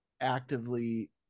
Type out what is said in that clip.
actively